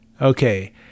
Okay